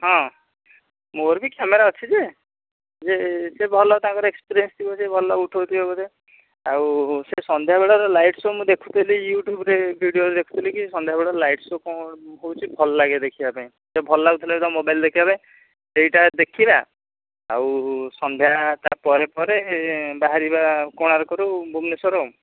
ହଁ ମୋର ବି କ୍ୟାମେରା ଅଛି ଯେ ଯେ ଯେ ଭଲ ତାଙ୍କର ଏକ୍ସପେରିଏନ୍ସ୍ ଥିବ ସେ ଭଲ ଉଠାଉଥିବେ ବୋଧେ ଆଉ ସେ ସନ୍ଧ୍ୟାବେଳର ଲାଇଟ୍ ସୋ' ମୁଁ ଦେଖୁଥିଲି ୟୁଟ୍ୟୁବ୍ରେ ଭିଡ଼ିଓ ଦେଖୁଥିଲି କି ସନ୍ଧ୍ୟାବେଳେ ଲାଇଟ୍ ସୋ' କ'ଣ ହେଉଛି ଭଲ ଲାଗେ ଦେଖିବାପାଇଁ ଭଲ ଲାଗୁଥିଲା ତ ମୋବାଇଲ୍ରେ ଦେଖିଲା ପାଇଁ ସେଇଟା ଦେଖିବା ଆଉ ସନ୍ଧ୍ୟା ତା ପରେ ପରେ ବାହାରିବା କୋଣାର୍କରୁ ଭୁବନେଶ୍ୱର ଆଉ